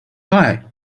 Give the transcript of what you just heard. guy